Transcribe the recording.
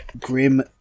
Grim